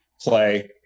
play